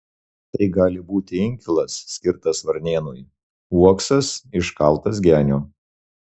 tai gali būti inkilas skirtas varnėnui uoksas iškaltas genio